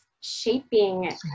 shaping